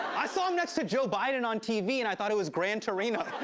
i saw him next to joe biden on tv, and i thought it was gran torino.